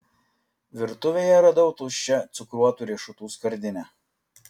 virtuvėje radau tuščią cukruotų riešutų skardinę